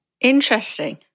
Interesting